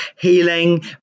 healing